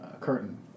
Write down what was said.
curtain